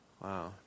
Wow